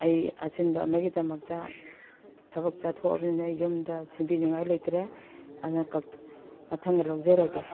ꯑꯩ ꯑꯆꯤꯟꯕ ꯑꯃꯒꯤꯗꯃꯛꯇ ꯊꯕꯛ ꯆꯠꯊꯣꯛꯑꯕꯅꯤꯅ ꯌꯨꯝꯗ ꯁꯤꯟꯕꯤꯅꯤꯉꯥꯏ ꯂꯩꯇ꯭ꯔꯦ ꯑꯗꯨꯅ ꯃꯊꯪꯗ ꯂꯧꯖꯔꯒꯦ